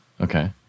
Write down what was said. Okay